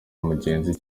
umugenzi